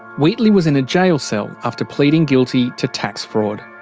wheatley was in a jail cell after pleading guilty to tax fraud.